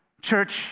Church